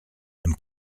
and